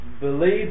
believe